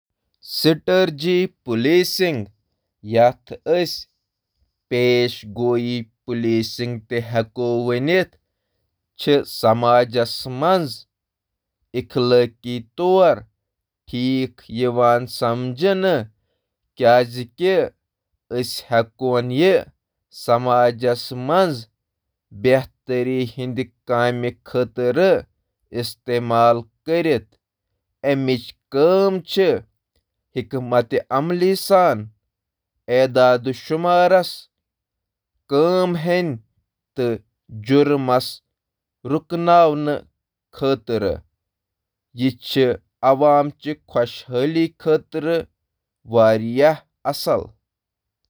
پیشین گوئی ہنٛز پولیسنگ، یُس جُرمن ہنٛز پیشین گوئی تہٕ روک تھام خاطرٕ الگورتھم تہٕ تٲریخی ڈیٹاہک استعمال چُھ کران، اخلٲقی خدشات پٲدٕ کران: